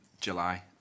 July